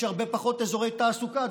יש הרבה פחות אזורי תעסוקה,